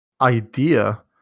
idea